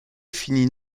finit